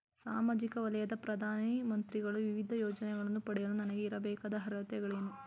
ಸಾಮಾಜಿಕ ವಲಯದ ಪ್ರಧಾನ ಮಂತ್ರಿಗಳ ವಿವಿಧ ಯೋಜನೆಗಳನ್ನು ಪಡೆಯಲು ನನಗೆ ಇರಬೇಕಾದ ಅರ್ಹತೆಗಳೇನು?